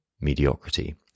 mediocrity